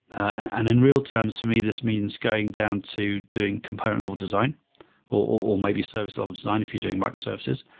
and in real terms, for me, this means going down to doing component level design or maybe service level design if you're doing microservices.